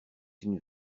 une